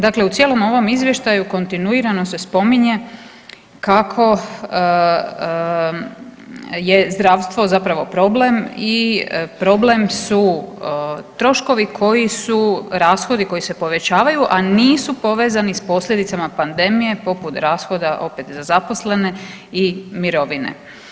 Dakle u cijelom ovom izvještaju kontinuirano se spominje kako je zdravstvo zapravo problem i problem su troškovi koji su rashodi koji se povećavaju, a nisu povezani s posljedicama pandemije, poput rashoda opet za zaposlene i mirovine.